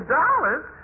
dollars